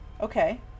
Okay